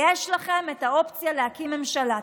יש לכם את האופציה להקים ממשלה,